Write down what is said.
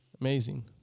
Amazing